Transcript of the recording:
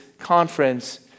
conference